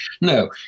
No